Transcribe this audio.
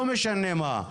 לא משנה מה,